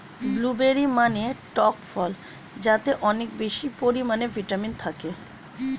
blueberry মানে টক ফল যাতে অনেক বেশি পরিমাণে ভিটামিন থাকে